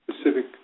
Specific